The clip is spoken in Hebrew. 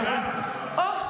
מירב, מירב.